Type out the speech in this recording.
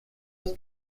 das